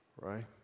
Right